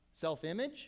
Self-image